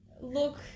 Look